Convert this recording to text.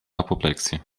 apopleksja